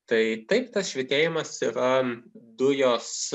tai taip tas švytėjimas yra dujos